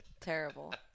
terrible